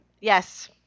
Yes